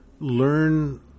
Learn